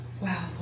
wow